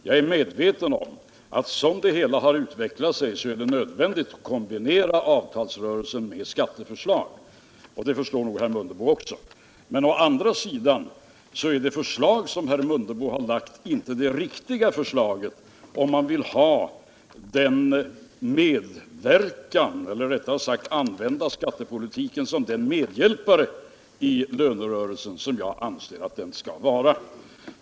Jag är medveten om att som det hela har utvecklat sig är det nödvändigt att kombinera avtalsrörelsen med skatteförslag, och det förstår nog herr Mundebo också. Å andra sidan är det förslag som herr Mundebo har lagt inte det riktiga förslaget, om man vill använda skattepolitiken som den medhjälpare i lönerörelsen som jag anser att den skall vara.